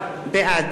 בעד